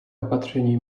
opatření